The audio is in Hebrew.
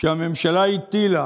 שהממשלה הטילה